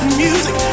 music